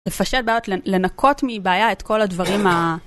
זה לפשט בעיות לנקות מבעיה את כל הדברים ה...